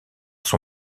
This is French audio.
son